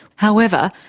however,